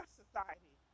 society